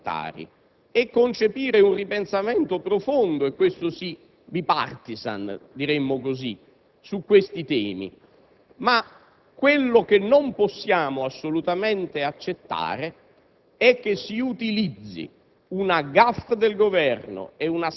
tematizzare con molta serietà delle sessioni parlamentari e di concepire un ripensamento profondo e, questo sì, *bipartisan*, su questi temi. Quello che non possiamo assolutamente accettare